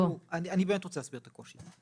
אני באמת רוצה להסביר את הקושי.